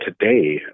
today